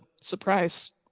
surprise